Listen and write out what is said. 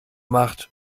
macht